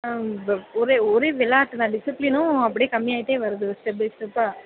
ma'am ஒரே விளையாட்டு தான் டிசிஸ்பிளினு அப்படியே கம்மியாகிட்டே வருது ஸ்டெப் பை ஸ்டெப்பா